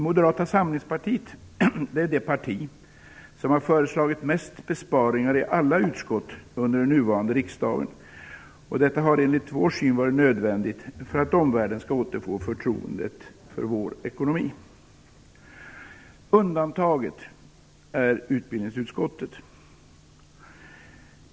Moderata samlingspartiet är det parti som föreslagit mest besparingar i alla andra utskott under den nuvarande riksdagen. Detta har enligt vår syn varit nödvändigt för att omvärlden skall återfå förtroendet för vår ekonomi. Undantaget är utbildningsutskottet.